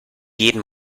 jeden